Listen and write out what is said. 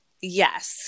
Yes